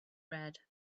red